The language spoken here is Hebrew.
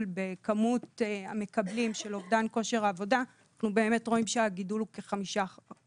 בכמות המקבלים של אובדן כושר עבודה אנחנו באמת רואים שהגידול הוא כ-5%.